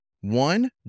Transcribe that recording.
One